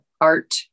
art